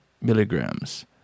milligrams